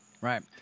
Right